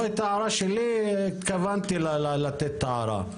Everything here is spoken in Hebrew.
התכוונתי לתת הערה.